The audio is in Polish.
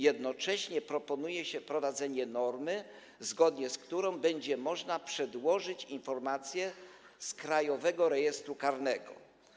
Jednocześnie proponuje się wprowadzenie normy, zgodnie z którą będzie można przedłożyć informację z Krajowego Rejestru Karnego.